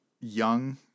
young